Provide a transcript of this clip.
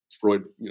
Freud